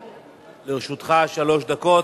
לרשותך שלוש דקות.